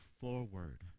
forward